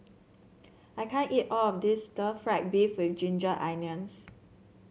I can't eat all of this stir fry beef with Ginger Onions